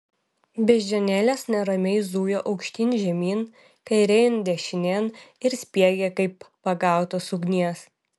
beždžionėlės neramiai zujo aukštyn žemyn kairėn dešinėn ir spiegė kaip pagautos ugnies